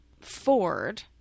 Ford